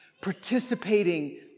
participating